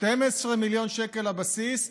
12 מיליון שקל לבסיס,